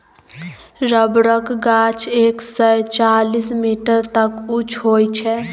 रबरक गाछ एक सय चालीस मीटर तक उँच होइ छै